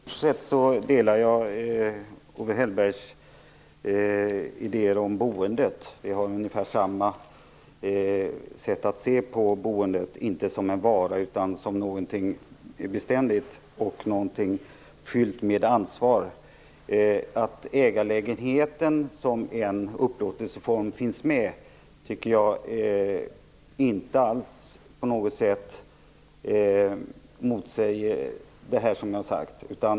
Fru talman! Jo, i stort sett har jag samma idéer som Owe Hellberg när det gäller boendet. Vi ser på nästan samma sätt på boendet. Bostaden är alltså inte en vara utan något som är beständigt och som är fyllt med ansvar. Att ägarlägenheten som en upplåtelseform finns med tycker jag inte på något sätt motsäger det som jag nämnt.